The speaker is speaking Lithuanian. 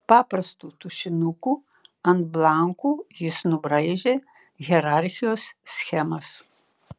paprastu tušinuku ant blankų jis nubraižė hierarchijos schemas